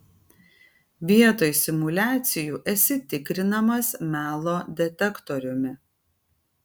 vietoj simuliacijų esi tikrinamas melo detektoriumi